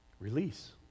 Release